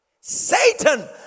Satan